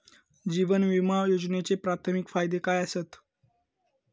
जीवन विमा योजनेचे प्राथमिक फायदे काय आसत?